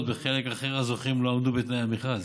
ובחלק אחר הזוכים לא עמדו בתנאי המכרז.